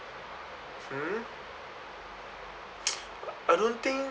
hmm I don't think